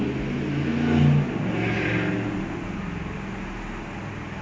எல்லாரும்:ellaarum ronaldo எல்லாரும்:ellaarum leave பண்ணதுக்கு அப்புறம்:pannadhukku appuram then they struggling now ah